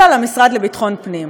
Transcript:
אלא למשרד לביטחון פנים.